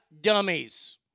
dummies